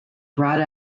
brought